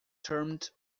determined